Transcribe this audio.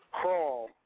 crawl